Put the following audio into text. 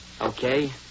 Okay